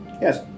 Yes